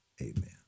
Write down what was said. Amen